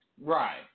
Right